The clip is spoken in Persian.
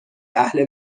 اهل